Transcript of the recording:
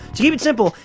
to keep it simple,